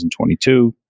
2022